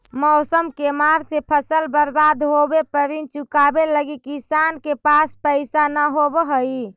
मौसम के मार से फसल बर्बाद होवे पर ऋण चुकावे लगी किसान के पास पइसा न होवऽ हइ